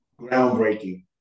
Groundbreaking